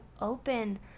open